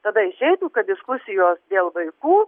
tada išeitų kad diskusijos dėl vaikų